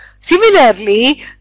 Similarly